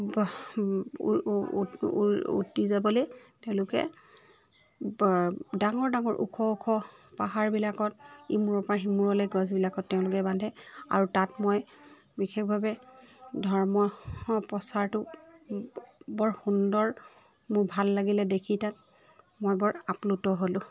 উটি যাবলৈ তেওঁলোকে ব ডাঙৰ ডাঙৰ ওখ ওখ পাহাৰবিলাকত ইমূৰৰ পৰা সিমূৰলৈ গছবিলাকত তেওঁলোকে বান্ধে আৰু তাত মই বিশেষভাৱে ধৰ্মৰ প্ৰচাৰটো বৰ সুন্দৰ মোৰ ভাল লাগিলে দেখি তাত মই বৰ আপ্লুত হ'লোঁ